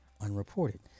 unreported